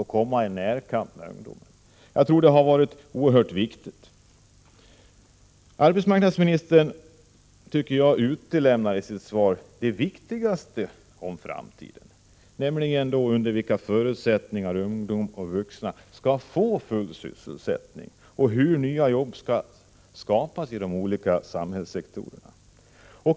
Jag tror att ett gemensamt agerande hade varit oerhört viktigt. Enligt min mening utelämnar arbetsmarknadsministern i sitt svar det viktigaste när det gäller framtiden, nämligen under vilka förutsättningar ungdomar och vuxna skall få full sysselsättning och hur nya jobb skall skapas inom de olika samhällssektorerna.